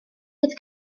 peth